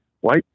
white